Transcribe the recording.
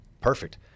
perfect